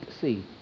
see